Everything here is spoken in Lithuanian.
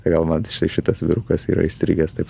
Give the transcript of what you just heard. kodėl man štai šitas vyrukas yra įstrigęs taip